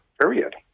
period